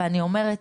ואני אומרת,